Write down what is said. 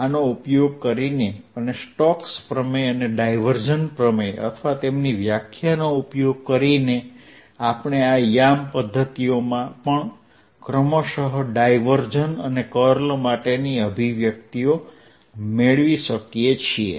આનો ઉપયોગ કરીને અને સ્ટોક્સ પ્રમેય અને ડાયવર્જન્સ પ્રમેય અથવા તેમની વ્યાખ્યાનો ઉપયોગ કરીને આપણે આ યામ પદ્ધતિઓમાં પણ ક્રમશઃ ડાયવર્જન્સ અને કર્લ માટેની અભિવ્યક્તિઓ મેળવી શકીએ છીએ